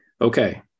Okay